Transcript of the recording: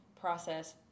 process